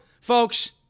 folks